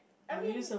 I mean